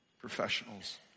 professionals